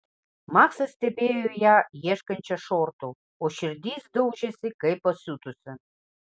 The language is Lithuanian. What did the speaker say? maksas stebėjo ją ieškančią šortų o širdis daužėsi kaip pasiutusi